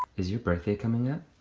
is your birthday coming up.